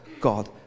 God